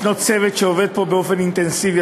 ישנו צוות שעובד פה באופן אינטנסיבי,